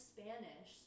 Spanish